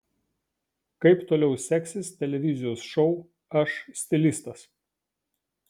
kaip toliau seksis televizijos šou aš stilistas